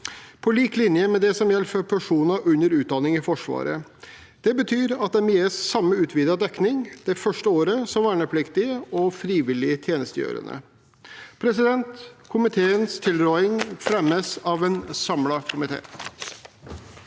på lik linje med det som foreslås for personer under utdanning i Forsvaret. Det betyr at de gis samme utvidede dekning det første året som vernepliktige og frivillig tjenestegjørende. Komiteens tilråding fremmes av en samlet komité.